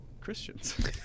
Christians